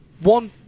one